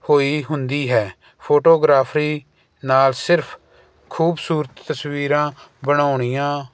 ਹੋਈ ਹੁੰਦੀ ਹੈ ਫੋਟੋਗ੍ਰਾਫਰੀ ਨਾਲ ਸਿਰਫ਼ ਖੂਬਸੂਰਤ ਤਸਵੀਰਾਂ ਬਣਾਉਣੀਆਂ